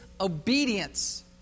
obedience